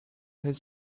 his